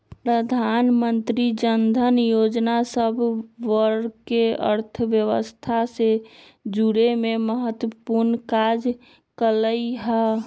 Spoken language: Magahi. प्रधानमंत्री जनधन जोजना सभ वर्गके अर्थव्यवस्था से जुरेमें महत्वपूर्ण काज कल्कइ ह